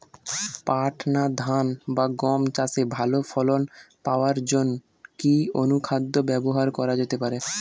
পাট বা ধান বা গম চাষে ভালো ফলন পাবার জন কি অনুখাদ্য ব্যবহার করা যেতে পারে?